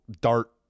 Dart